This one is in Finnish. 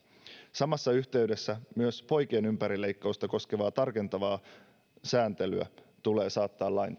samassa yhteydessä myös poikien ympärileikkausta koskevaa tarkentavaa sääntelyä tulee saattaa lain